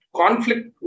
conflict